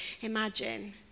imagine